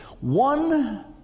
one